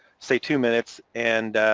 say two minutes and